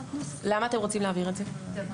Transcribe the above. למה אתם רוצים להעביר את זה?